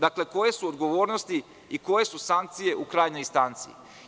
Dakle, koje odgovornosti i koje su sankcije u krajnjoj instanci.